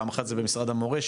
פעם אחת זה במשרד המורשת,